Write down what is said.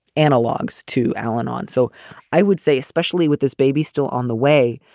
analogs to al-anon. so i would say, especially with this baby still on the way.